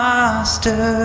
Master